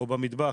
או במטבח,